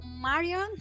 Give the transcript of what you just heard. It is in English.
Marion